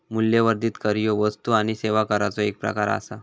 मूल्यवर्धित कर ह्यो वस्तू आणि सेवा कराचो एक प्रकार आसा